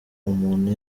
umuntu